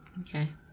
Okay